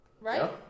Right